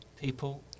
people